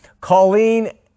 Colleen